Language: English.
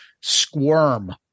Squirm